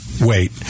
wait